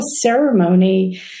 ceremony